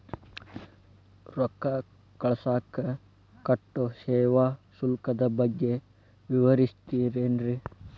ರೊಕ್ಕ ಕಳಸಾಕ್ ಕಟ್ಟೋ ಸೇವಾ ಶುಲ್ಕದ ಬಗ್ಗೆ ವಿವರಿಸ್ತಿರೇನ್ರಿ?